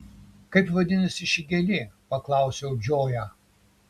kaip vadinasi ši gėlė paklausiau džoją